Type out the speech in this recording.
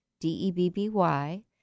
D-E-B-B-Y